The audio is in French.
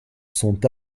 sont